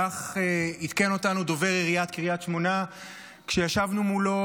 כך עדכן אותנו דובר עיריית קריית שמונה כשישבנו מולו